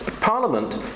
Parliament